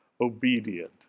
obedient